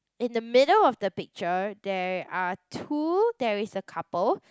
in the middle of the picture there are two there is a couple